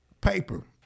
paper